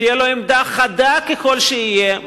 תהיה לו עמדה חדה ככל שתהיה,